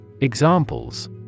Examples